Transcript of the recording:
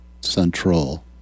Central